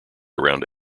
around